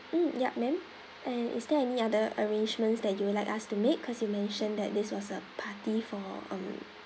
mm yup ma'am and is there any other arrangements that you would like us to make cause you mentioned that this was a party for um